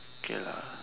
okay